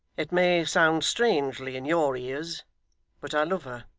it may sound strangely in your ears but i love her